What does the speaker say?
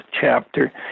chapter